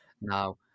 Now